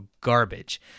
garbage